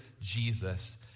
Jesus